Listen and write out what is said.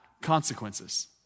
consequences